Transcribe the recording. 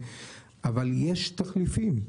אבל יש תחליפים.